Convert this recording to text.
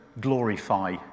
glorify